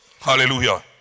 Hallelujah